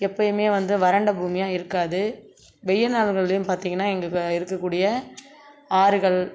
எப்பயுமே வந்து வறண்ட பூமியாக இருக்காது வெயில் நாட்கள்லையும் பார்த்திங்கன்னா இங்கே இருக்கக்கூடிய ஆறுகள்